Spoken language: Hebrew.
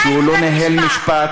את יודעת שהוא לא ניהל משפט,